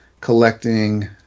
collecting